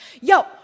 yo